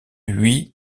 huit